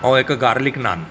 ऐं हिकु गार्लिक नान